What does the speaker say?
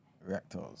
Reactors